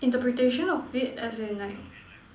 interpretation of it as in like